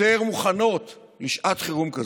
היותר-מוכנות לשעת חירום כזו,